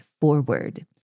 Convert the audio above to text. forward